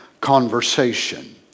conversation